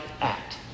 act